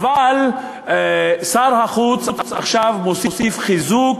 אבל שר החוץ עכשיו מוסיף חיזוק,